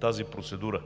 тази процедура